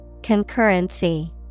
Concurrency